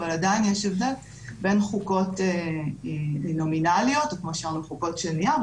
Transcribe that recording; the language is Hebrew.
אבל עדיין יש הבדל בין חוקות נומינליות או כמו שאומרים חוקות של נייר,